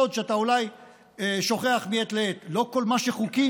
סוד שאתה אולי שוכח מעת לעת: לא כל מה שחוקי